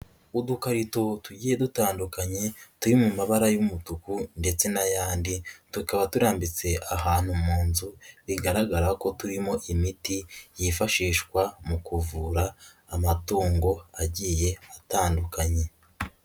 Udukarito tugiye dutandukanye turi mu mabara y'umutuku ndetse n'ayandi, tukaba turambitse ahantu mu inzu bigaragara ko turimo imiti yifashishwa mu kuvura amatungo agiye atandukanye.